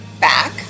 back